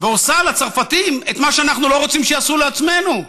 ועושה לצרפתים את מה שאנחנו לא רוצים שיעשו לנו,